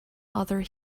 other